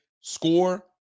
score